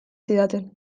zidaten